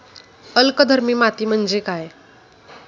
अल्कधर्मी माती म्हणजे काय?